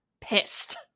pissed